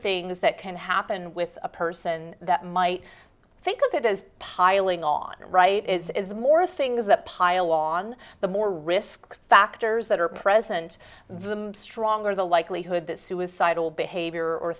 things that can happen with a person that might think of it as piling on right is more things that pile on the more risk factors that are present them stronger the likelihood that suicidal behavior or